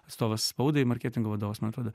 atstovas spaudai marketingo vadovas man atrodo